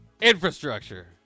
Infrastructure